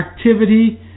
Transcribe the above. activity